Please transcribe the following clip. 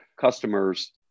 customers